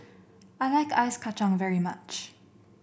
I like Ice Kachang very much